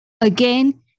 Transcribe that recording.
again